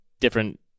different